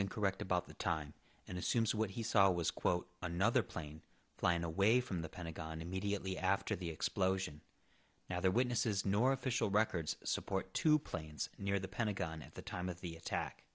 incorrect about the time and assumes what he saw was quote another plane flying away from the pentagon immediately after the explosion now the witnesses nor official records support two planes near the pentagon at the time of the attack